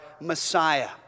Messiah